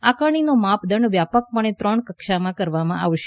આકારણીનો માપદંડ વ્યાપકપણે ત્રણ કક્ષામાં કરવામાં આવશે